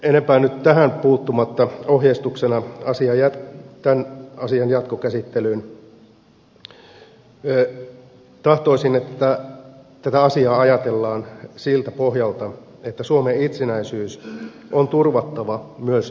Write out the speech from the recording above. enempää nyt tähän puuttumatta ohjeistuksena tämän asian jatkokäsittelyyn tahtoisin että tätä asiaa ajatellaan siltä pohjalta että suomen itsenäisyys on turvattava myös rauhan aikana